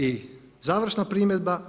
I završna primjedba.